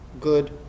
Good